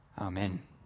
Amen